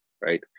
Right